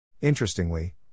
Interestingly